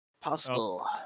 Possible